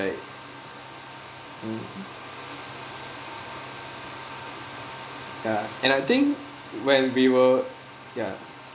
right um ya and I think when we were ya